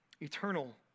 Eternal